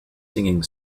singing